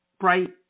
bright